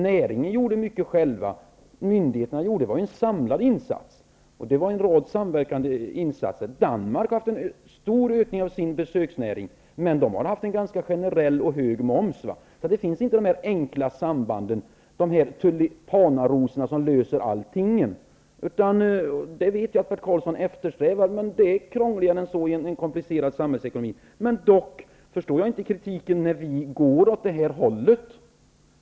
Näringen gjorde mycket själv, och myndigheterna gjorde en samlad insats. Det var fråga om en rad samverkande insatser. Danmark har haft en stor ökning i sin besöksnäring. Men Danmark har haft en generell, hög moms. De enkla sambanden finns inte, de tulipanarosorna som löser allt. Jag vet att Bert Karlsson eftersträvar detta. Men det är krångligt i en komplicerad samhällsekonomi. Jag förstår dock inte kritiken när vi nu går åt det hållet.